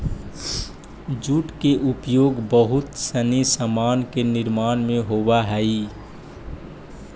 jute के उपयोग बहुत सनी सामान के निर्माण में होवऽ हई